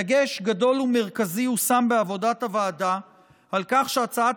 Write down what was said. דגש גדול ומרכזי הושם בעבודת הוועדה על כך שהצעת